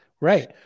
Right